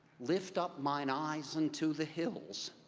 lift up mine eyes into the hills.